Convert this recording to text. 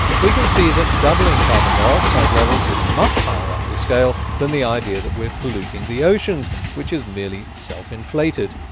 we can see that doubling carbon dioxide levels is much higher up the scale, than the idea that we're polluting the oceans. which is merely self-inflated,